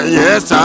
yes